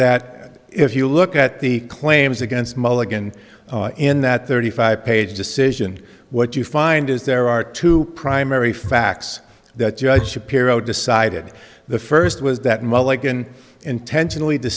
that if you look at the claims against mulligan in that thirty five page decision what you find is there are two primary facts that judge shapiro decided the first was that mulligan intentionally